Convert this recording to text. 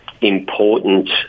important